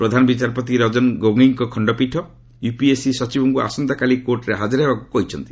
ପ୍ରଧାନ ବିଚାରପତି ରଞ୍ଜନ ଗୋଗୋଇଙ୍କ ଖଣ୍ଡପୀଠ ୟୁପିଏସ୍ସି ସଚିବଙ୍କୁ ଆସନ୍ତାକାଲି କୋର୍ଟରେ ହାଜର ହେବାକୁ କହିଛନ୍ତି